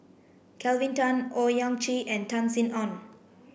Kelvin Tan Owyang Chi and Tan Sin Aun